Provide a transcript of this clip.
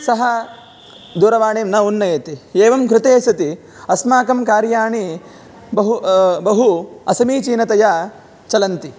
सः दूरवाणीं न उन्नयति एवं कृते सति अस्माकं कार्याणि बहु बहु असमीचीनतया चलन्ति